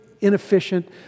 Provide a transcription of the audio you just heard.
inefficient